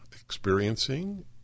experiencing